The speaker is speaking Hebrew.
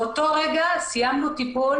באותו מועד הסתיים טיפול